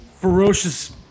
ferocious